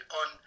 on